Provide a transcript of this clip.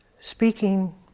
speaking